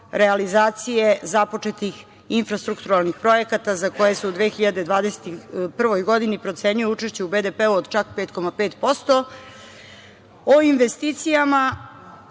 realizacije započetih infrastrukturnih projekta za koje se u 2021. godini, procenjuje učešće u BDP u čak 5,5%.O investicijama